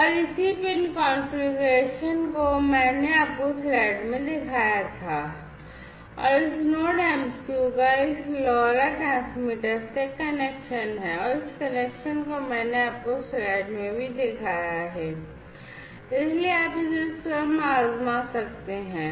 और इसी pin configuration को मैंने आपको स्लाइड में दिखाया था और इस नोड MCU का इस LoRa ट्रांसमीटर से एक कनेक्शन है और इस कनेक्शन को मैंने आपको स्लाइड में भी दिखाया है इसलिए आप इसे स्वयं आज़मा सकते हैं